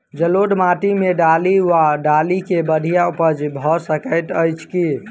जलोढ़ माटि मे दालि वा दालि केँ बढ़िया उपज भऽ सकैत अछि की?